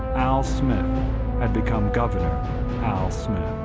al smith had become governor al smith.